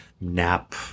nap